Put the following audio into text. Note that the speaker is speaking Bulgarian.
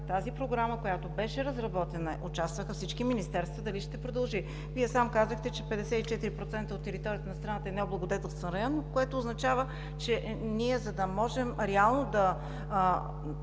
тази програма, която беше разработена – участваха всички министерства, дали ще продължи? Вие сам казахте, че 54% от територията на страната е необлагодетелстван район, което означава, че ние, за да можем реално да